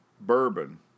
bourbon